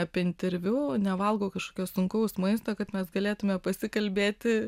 apie interviu nevalgau kažkokio sunkaus maisto kad mes galėtume pasikalbėti